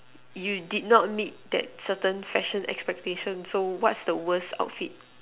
you did not meet that certain fashion expectation so what's the worst outfit